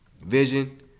Vision